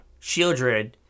Shieldred